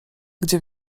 gdzie